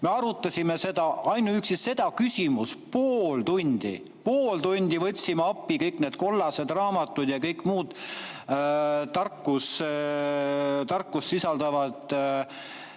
Me arutasime ainuüksi seda küsimust pool tundi. Pool tundi! Võtsime appi kõik need kollased raamatud ja kõik muud tarkust sisaldavad